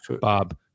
Bob